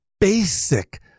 basic